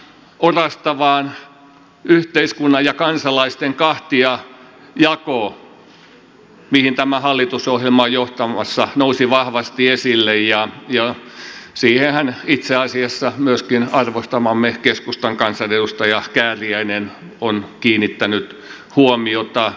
tämä orastava yhteiskunnan ja kansalaisten kahtiajako mihin tämä hallitusohjelma on johtamassa nousi vahvasti esille ja siihenhän itse asiassa myöskin arvostamamme keskustan kansanedustaja kääriäinen on kiinnittänyt huomiota